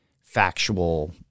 factual